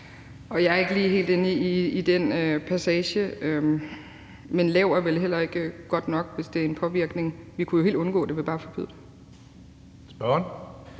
Jeg er ikke lige helt inde i den passage, men at den er lav, er vel heller ikke godt nok, hvis det er en påvirkning. Vi kunne jo helt undgå det ved bare at forbyde det.